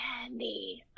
candy